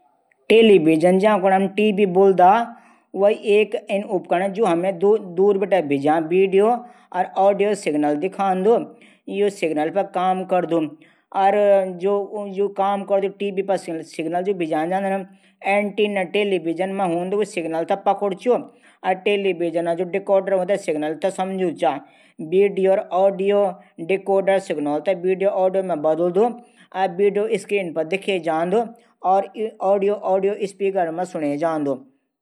टेलीविजन ज्यां कुने हम टीबी बुलदा व एक इन उपकरण जू हमथै दूर बिटेय भिंज्यां बिडियो औडियो सिग्नल दिखांदू यू सिगनल पर काम करदू एंटीना टीवी मा सिगनल रूप मा काम करदू। टेलीविजन जू डेक्ओडर हूदू ऊ सिग्नल थै समझुदू चा डिकोडर सिग्नल थै बीडियो औडियो मा बदलदू बीडियो स्क्रीन पद दिखे जांदू और आडियो स्पीकर मा सुणे जांदू